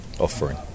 offering